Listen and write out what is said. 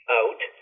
out